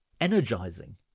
energizing